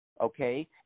okay